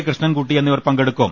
കൃഷ്ണൻകുട്ടി എന്നിവർ പങ്കെടുക്കും